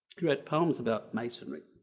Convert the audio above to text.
create poems about masonry.